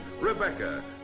Rebecca